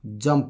jump